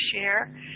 share